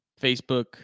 Facebook